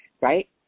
right